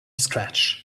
scratch